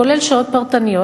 כולל שעות פרטניות,